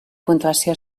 puntuació